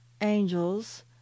angels